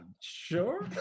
sure